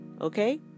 okay